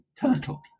Turtle